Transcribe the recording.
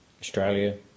Australia